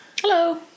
Hello